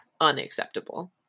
unacceptable